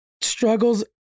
struggles